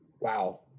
wow